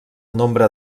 nombre